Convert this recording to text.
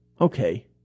Okay